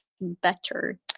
better